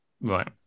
right